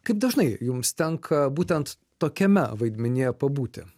kaip dažnai jums tenka būtent tokiame vaidmenyje pabūti